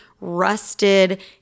rusted